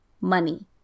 Money